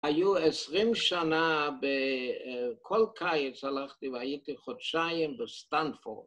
היו עשרים שנה, כל קיץ הלכתי והייתי חודשיים בסטנפורד.